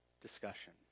discussion